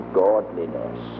godliness